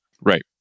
Right